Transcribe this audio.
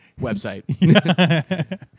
Website